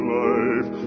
life